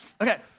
Okay